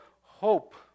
hope